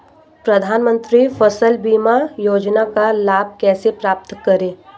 प्रधानमंत्री फसल बीमा योजना का लाभ कैसे प्राप्त करें?